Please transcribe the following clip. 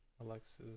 Alexis